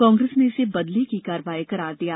कांग्रेस ने इसे बदले की कार्यवाही करार दिया है